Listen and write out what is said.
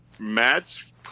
Matt's